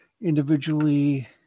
individually